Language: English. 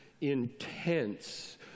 intense